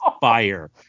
fire